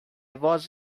was